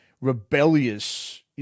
rebellious